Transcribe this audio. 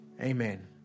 amen